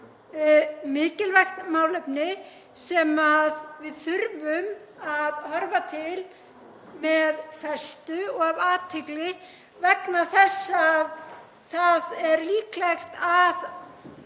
mikilvægt málefni sem við þurfum að horfa til með festu og af athygli vegna þess að líklegt er